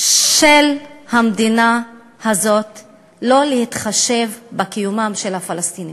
של המדינה הזאת לא להתחשב בקיומם של הפלסטינים.